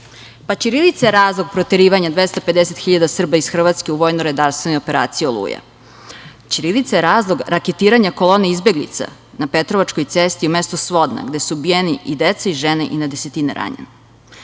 Ćirilica je razlog proterivanja 250.000 Srba iz Hrvatske u vojnoj operaciji „Oluja“. Ćirilica je razlog raketiranja kolone izbeglica na Petrovačkoj cesti u mestu Svodna gde su ubijeni i deca i žene i na desetine ranjeno.